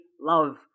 love